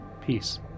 peace